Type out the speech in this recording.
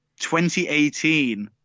2018